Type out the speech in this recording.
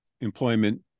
employment